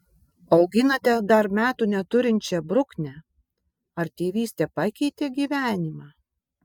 auginate dar metų neturinčią bruknę ar tėvystė pakeitė gyvenimą